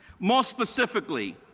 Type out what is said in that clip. more specifically,